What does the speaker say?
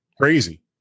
crazy